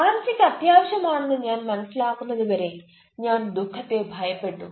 വളർച്ചയ്ക്ക് അത്യാവശ്യമാണെന്ന് ഞാൻ മനസിലാക്കുന്നതുവരെ ഞാൻ ദുഃഖത്തെ ഭയപ്പെട്ടു